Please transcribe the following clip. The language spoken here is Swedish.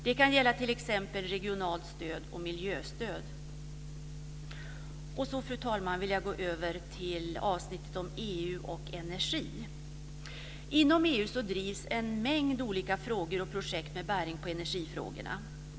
Det kan gälla t.ex. regionalt stöd och miljöstöd. Sedan, fru talman, vill jag gå över till avsnittet om EU och energi. Inom EU drivs en mängd olika frågor och projekt med bäring på energifrågorna.